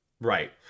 Right